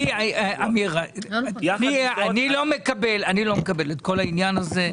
אמיר, אני לא מקבל את כל העניין הזה.